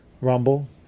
rumble